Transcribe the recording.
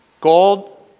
Gold